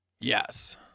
Yes